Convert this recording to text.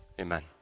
Amen